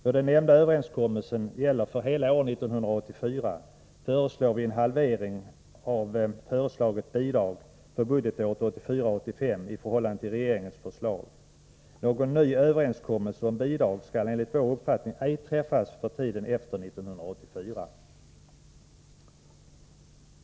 Då den nämnda överenskommelsen gäller för hela år 1984 föreslår vi en halvering av föreslaget bidrag för budgetåret 1984/85 i förhållande till regeringens förslag. Någon ny överenskommelse om bidrag skall enligt vår uppfattning ej träffas för tiden efter 1984.